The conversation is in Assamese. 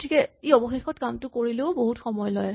গতিকে ই অৱশেষত কামটো কৰিলেও সময় বহুত লয়